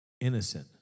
innocent